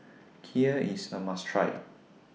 Kheer IS A must Try